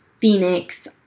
Phoenix